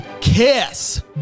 kiss